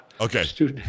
Okay